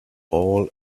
all